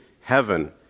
heaven